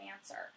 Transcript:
answer